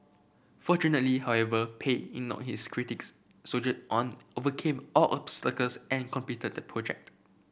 fortunately however Pei ignored his critics soldiered on overcame all obstacles and completed project